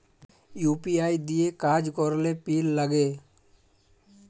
UPI দিঁয়ে কাজ ক্যরলে পিল লাগে